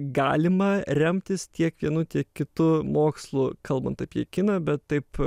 galima remtis tiek vienu tiek kitu mokslu kalbant apie kiną bet taip